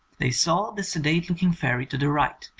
they saw the sedate looking fairy to the right,